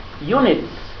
units